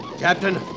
Captain